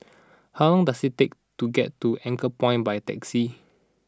how long does it take to get to Anchorpoint by taxi